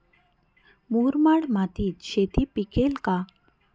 मुरमाड मातीत शेती पिकेल का?